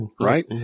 right